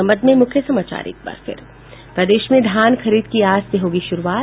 और अब अंत में मुख्य समाचार प्रदेश में धान खरीद की आज से होगी शुरूआत